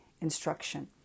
instruction